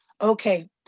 Okay